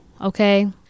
okay